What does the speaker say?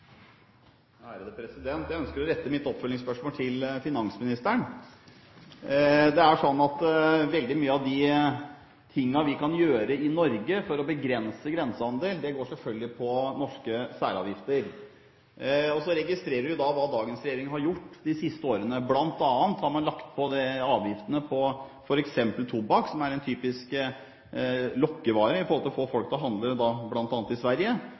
Jeg ønsker å rette mitt oppfølgingsspørsmål til finansministeren. Veldig mye av det vi kan gjøre i Norge for å begrense grensehandel, går selvfølgelig på norske særavgifter. Så registrerer vi hva dagens regjering har gjort de siste årene. Blant annet har man lagt på avgiftene på f.eks. tobakk, som er en typisk lokkevare, for å få folk til å handle bl.a. i Sverige.